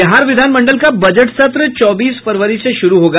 बिहार विधान मंडल का बजट सत्र चौबीस फरवरी से शुरू होगा